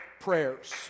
prayers